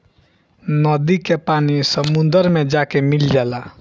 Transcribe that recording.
नदी के पानी समुंदर मे जाके मिल जाला